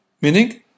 Meaning